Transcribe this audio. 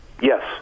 Yes